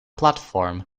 platform